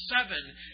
seven